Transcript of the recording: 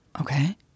Okay